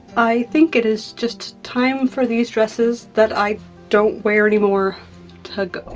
i think it is just time for these dresses that i don't wear anymore to go.